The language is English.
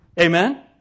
Amen